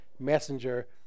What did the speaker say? messenger